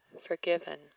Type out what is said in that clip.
forgiven